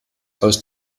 aus